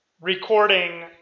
recording